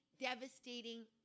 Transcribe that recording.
devastating